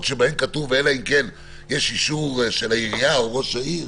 שכתוב: אלא אם כן יש אישור של העירייה או ראש העיר,